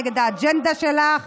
נגד האג'נדה שלך.